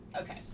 okay